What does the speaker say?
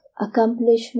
accomplishment